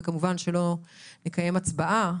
וכמובן שלא נקיים הצבעה,